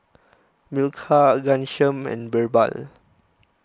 Milkha Ghanshyam and Birbal